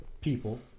people